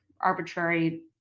arbitrary